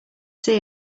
see